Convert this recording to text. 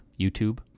YouTube